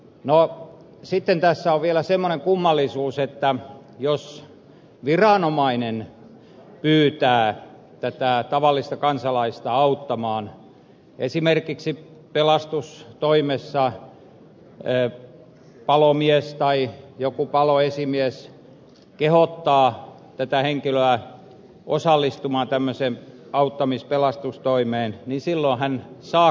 no sitten tässä on vielä semmoinen kummallisuus että jos viranomainen pyytää tavallista kansalaista auttamaan esimerkiksi pelastustoimessa palomies tai joku paloesimies kehottaa tätä henkilöä osallistumaan tämmöiseen auttamis pelastustoimeen niin silloin hän saa kor vauksen